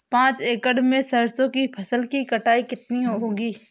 पांच एकड़ में सरसों की फसल की कटाई कितनी होगी?